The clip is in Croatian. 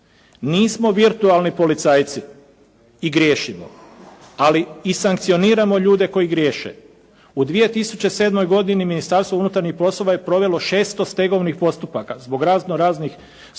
Nismo virtualni policajci i griješimo, ali i sankcioniramo ljude koji griješe. U 2007. godini Ministarstvo unutarnjih poslova je provelo 600 stegovnih postupaka zbog razno raznih sumnji